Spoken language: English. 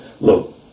look